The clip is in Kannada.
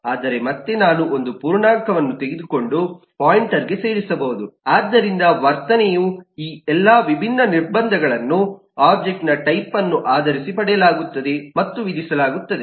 ಆದರೆ ಮತ್ತೆ ನಾನು ಒಂದು ಪೂರ್ಣಾಂಕವನ್ನು ತೆಗೆದುಕೊಂಡು ಪಾಯಿಂಟರ್ಗೆ ಸೇರಿಸಬಹುದು ಆದ್ದರಿಂದ ವರ್ತನೆಯ ಈ ಎಲ್ಲಾ ವಿಭಿನ್ನ ನಿರ್ಬಂಧಗಳನ್ನು ಒಬ್ಜೆಕ್ಟ್ ನ ಟೈಪ್ಅನ್ನು ಆಧರಿಸಿ ಪಡೆಯಲಾಗುತ್ತದೆ ಮತ್ತು ವಿಧಿಸಲಾಗುತ್ತದೆ